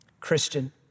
Christian